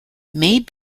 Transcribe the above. may